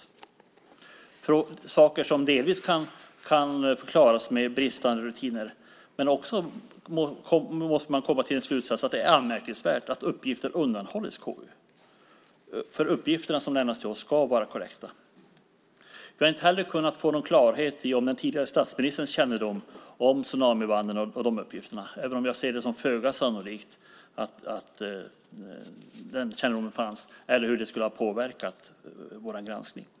Det är saker som delvis kan förklaras med bristande rutiner, men man måste också komma till den slutsatsen att det är anmärkningsvärt att uppgifter undanhållits KU. De uppgifter som lämnas till KU ska vara korrekta. Vi har inte heller kunnat få någon klarhet i den tidigare statsministerns kännedom om tsunamibanden - även om jag ser det föga sannolikt att den kännedomen fanns - eller hur det skulle ha påverkat vår granskning.